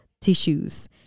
tissues